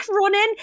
running